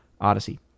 Odyssey